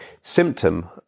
symptom